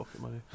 money